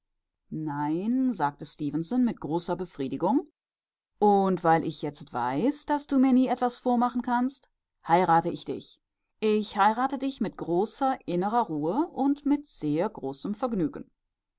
nein sagte stefenson mit großer befriedigung und weil ich jetzt weiß daß du mir nie etwas vormachen kannst heirate ich dich ich heirate dich mit großer innerer ruhe und mit sehr großem vergnügen